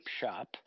shop